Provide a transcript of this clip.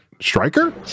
Striker